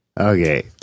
okay